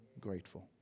grateful